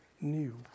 new